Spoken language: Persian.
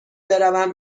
بروم